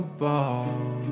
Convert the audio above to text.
ball